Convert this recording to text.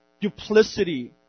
duplicity